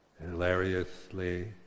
hilariously